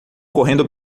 correndo